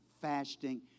fasting